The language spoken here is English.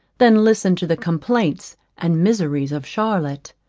than listen to the complaints and miseries of charlotte.